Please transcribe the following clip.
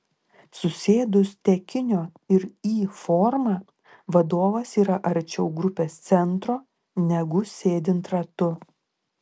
susėdus tekinio ir y forma vadovas yra arčiau grupės centro negu sėdint ratu